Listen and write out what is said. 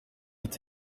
ati